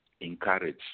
encourage